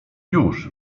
już